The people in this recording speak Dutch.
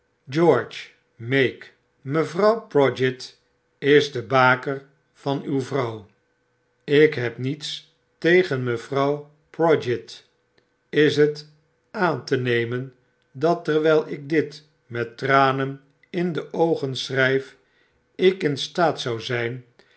george meek mevrouw prodgit is de baker van uw vrouw ik heb niets tegea mevrouw prodgit is het aan te nemen dat terwijl ik dit mettranenin de ojgen schrijf ik in staat zou zijn